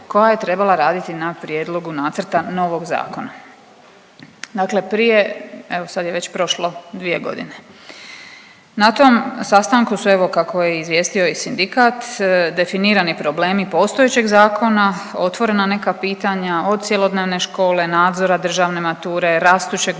koja je trebala raditi na prijedlogu nacrta novog zakona. Dakle prije, evo sad je već prošlo dvije godine. Na tom sastanku su evo kako je i izvijestio i sindikat definirani problemi postojećeg zakona, otvorena neka pitanja od cjelodnevne škole, nadzora državne mature, rastućeg broja